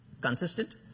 consistent